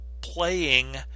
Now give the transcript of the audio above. playing